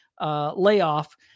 layoff